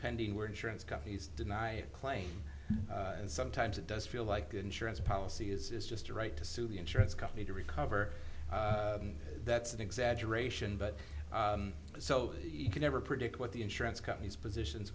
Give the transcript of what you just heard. pending where insurance companies deny claims and sometimes it does feel like insurance policy is just a right to sue the insurance company to recover that's an exaggeration but so you can never predict what the insurance company's positions